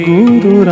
Guru